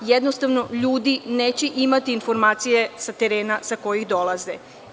Jednostavno ljudi neće imati informacije sa terena sa kojih dolaze.